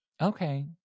okay